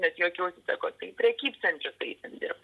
net juokiausi sako tai į prekybcentrius eisim dirbt